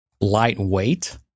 Lightweight